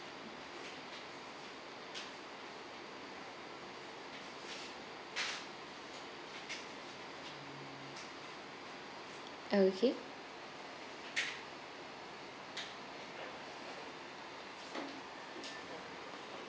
okay